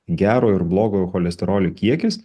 gerojo ir blogojo cholesterolio kiekis